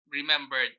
remember